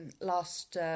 last